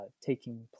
taking